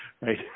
right